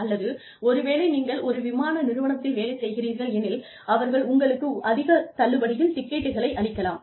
அல்லது ஒருவேளை நீங்கள் ஒரு விமான நிறுவனத்தில் வேலை செய்கிறீர்கள் எனில் அவர்கள் உங்களுக்கு அதிக தள்ளுபடியில் டிக்கெட்களை அளிக்கலாம்